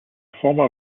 former